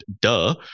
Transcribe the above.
duh